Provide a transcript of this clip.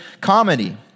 comedy